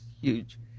huge